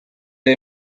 jäi